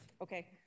Okay